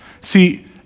See